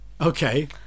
Okay